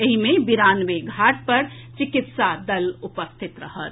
एहि मे बिरानवे घाट पर चिकित्सा दल उपस्थित रहत